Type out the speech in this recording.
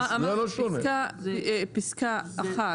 אעשה הפסקה ואני אשב שוב פעם עם האוצר.